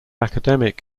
academic